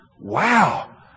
wow